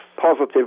positive